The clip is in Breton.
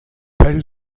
pell